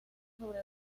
sobre